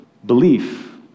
belief